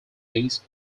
these